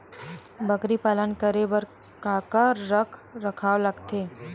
बकरी पालन करे बर काका रख रखाव लगथे?